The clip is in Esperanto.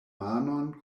manon